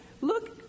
look